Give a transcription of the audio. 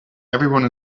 everyone